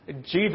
Jesus